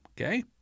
okay